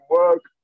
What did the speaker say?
work